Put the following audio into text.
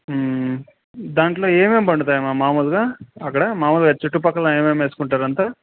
దాంట్లో ఏమేమి పండుతాయ మా మామూలుగా అక్కడ మామూలుగా చుట్టుపక్కల ఏమేం వేసుకుంటారంతా